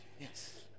Yes